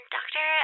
Doctor